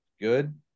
good